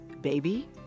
baby